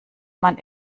man